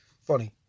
funny